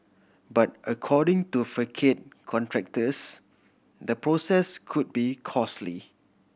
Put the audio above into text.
but according to facade contractors the process could be costly